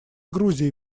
грузии